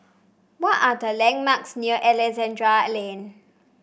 what are the landmarks near Alexandra Lane